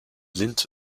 lint